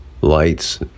lights